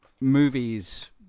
movies